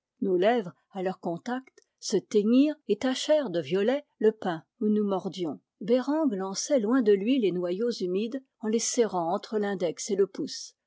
nos lèvres à leur contact se teignirent et tachèrent de violet le pain où nous mordions bereng lançait loin de lui les noyaux humides en les serrant entre l'index et le pouce